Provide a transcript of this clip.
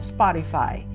Spotify